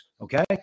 okay